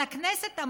על הכנסת,